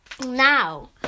Now